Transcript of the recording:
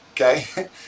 okay